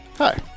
Hi